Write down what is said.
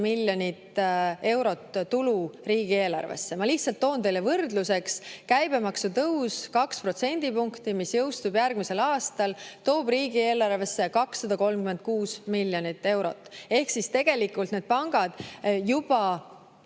miljonit eurot tulu riigieelarvesse. Ma lihtsalt toon teile sellise võrdluse: käibemaksu tõus 2% võrra, mis jõustub järgmisel aastal, toob riigieelarvesse 236 miljonit eurot. Ehk tegelikult pangad juba